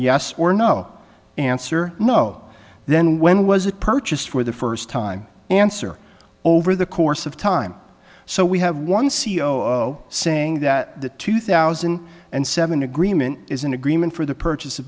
yes or no answer no then when was it purchased for the first time answer over the course of time so we have one c e o saying that the two thousand and seven agreement is an agreement for the purchase